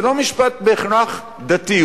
זה לא משפט בהכרח דתי.